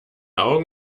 augen